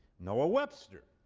noah webster,